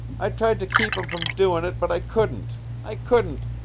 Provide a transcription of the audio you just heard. i tried to keep him from doin' it, but i couldn't i couldn't